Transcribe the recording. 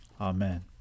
Amen